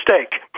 mistake